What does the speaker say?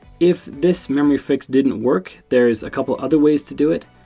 if this memory fix didn't work, there is a couple of other ways to do it.